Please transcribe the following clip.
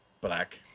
Black